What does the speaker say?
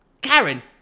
Karen